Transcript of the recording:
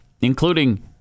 including